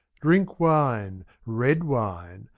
drink wine, red wine,